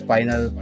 Final